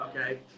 Okay